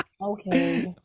Okay